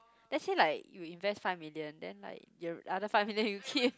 let's say like you invest five million then like your other five million you keep